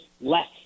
less